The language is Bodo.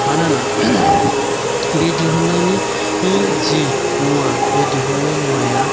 मानोना बे दिहुननायनि जि मुवा बे दिहुननाय मुवाया